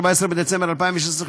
14 בדצמבר 2016,